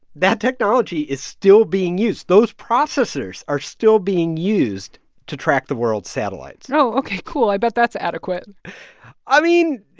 that technology is still being used. those processors are still being used to track the world's satellites oh. ok, cool. i bet that's adequate i mean,